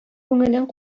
күңелең